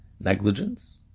Negligence